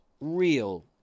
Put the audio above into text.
real